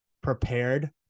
prepared